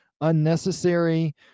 unnecessary